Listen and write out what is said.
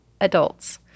adults